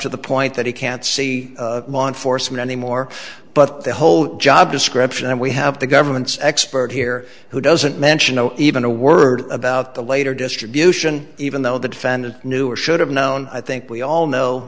to the point that he can't see foresman anymore but the whole job description and we have the government's expert here who doesn't mention even a word about the later distribution even though the defendant knew or should have known i think we all know